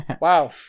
Wow